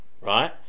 Right